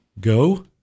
go